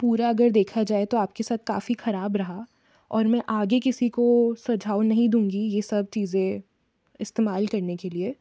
पूरा अगर देखा जाए तो आपके साथ काफ़ी खराब रहा और मैं आगे किसी को सुझाव नहीं दूंगी ये सब चीज़ें इस्तेमाल करने के लिए